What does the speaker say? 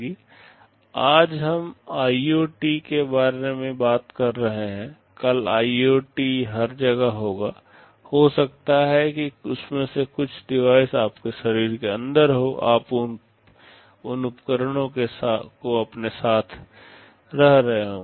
आज हम I O T के बारे में बात कर रहे हैं कल आई ओ टी हर जगह होगा हो सकता है कि उनमें से कुछ डिवाइस आपके शरीर के अंदर हों आप उन उपकरणों को अपने साथ रह रहे होंगे